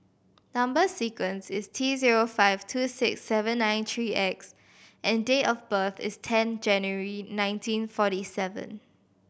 number sequence is T zero five two six seven nine three X and date of birth is ten January nineteen forty seven